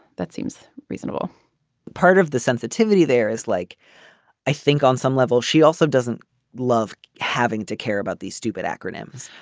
that seems reasonable part of the sensitivity there is like i think on some level she also doesn't love having to care about these stupid acronyms.